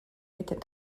était